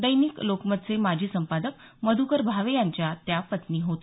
दैनिक लोकमतचे माजी संपादक मध्रकर भावे यांच्या त्या पत्नी होत